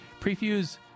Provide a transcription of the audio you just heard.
Prefuse